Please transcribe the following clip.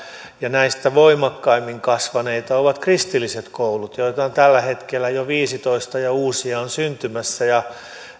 ja näistä voimakkaimmin kasvaneita ovat kristilliset koulut joita on tällä hetkellä jo viisitoista ja uusia on syntymässä